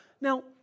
Now